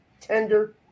tender